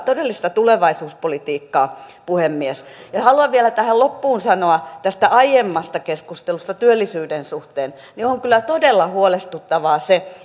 todellista tulevaisuuspolitiikkaa puhemies haluan vielä tähän loppuun sanoa tästä aiemmasta keskustelusta työllisyyden suhteen että on kyllä todella huolestuttavaa se